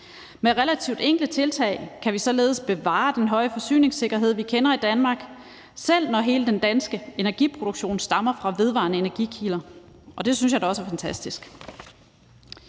Med relativt enkle tiltag kan vi således bevare den høje forsyningssikkerhed, vi kender i Danmark, selv når hele den danske energiproduktion stammer fra vedvarende energikilder, og det synes jeg da også er fantastisk.